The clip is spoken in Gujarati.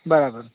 બરાબર